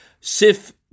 Sif